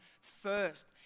first